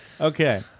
Okay